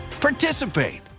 participate